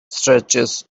stretches